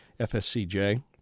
FSCJ